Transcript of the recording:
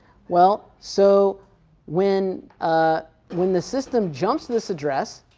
well so when ah when the system jumps this address,